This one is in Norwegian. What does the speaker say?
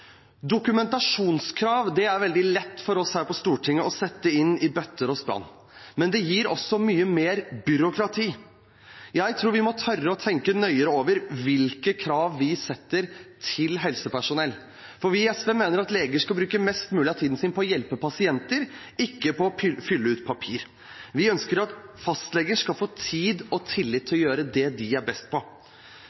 dokumentasjonskrav i bøtter og spann. Men det gir også mye mer byråkrati. Jeg tror vi må tørre å tenke nøyere over hvilke krav vi setter til helsepersonell. Vi i SV mener at leger skal bruke mest mulig av tiden sin på å hjelpe pasienter, ikke på å fylle ut papirer. Vi ønsker at fastleger skal få tid og tillit